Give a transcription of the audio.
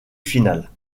finales